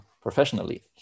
professionally